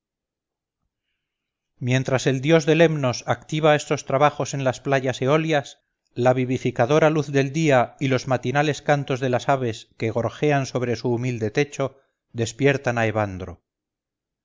mientras el dios de lemnos activa estos trabajos en las playas eolias la vivificadora luz del día y los matinales cantos de las aves que gorjean sobre su humilde techo despiertan a